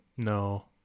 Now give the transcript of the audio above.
No